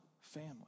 family